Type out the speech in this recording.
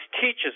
teaches